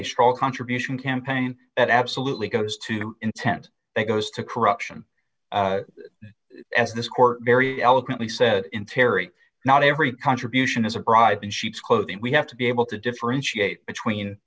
strong contribution campaign that absolutely goes to intent and goes to corruption as this court very eloquently said in terry not every contribution is a bribe in sheep's clothing we have to be able to differentiate between